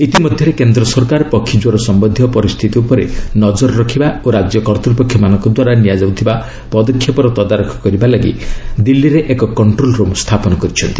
ଇତିମଧ୍ୟରେ କେନ୍ଦ୍ର ସରକାର ପକ୍ଷୀ କ୍ୱର ସମ୍ଭନ୍ଧୀୟ ପରିସ୍ଥିତି ଉପରେ ନଜର ରଖିବା ଓ ରାଜ୍ୟ କର୍ତ୍ତୃପକ୍ଷମାନଙ୍କ ଦ୍ୱାରା ନିଆଯାଉଥିବା ପଦକ୍ଷେପର ତଦାରଖ କରିବା ପାଇଁ ଦିଲ୍ଲୀରେ ଏକ କଣ୍ଟ୍ରୋଲ୍ ରୁମ୍ ସ୍ଥାପନ କରିଛନ୍ତି